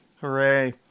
Hooray